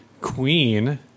Queen